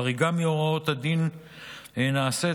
חריגה מהוראות הדין נעשית,